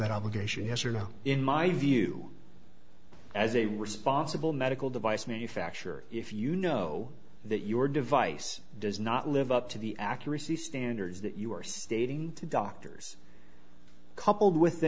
that obligation yes or no in my view as a responsible medical device manufacturer if you know that your device does not live up to the accuracy standards that you are stating to doctors coupled with the